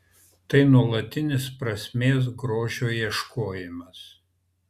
tai nuolatinis prasmės grožio ieškojimas